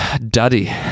daddy